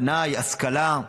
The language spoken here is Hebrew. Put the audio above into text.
פנאי, השכלה,